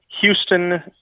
Houston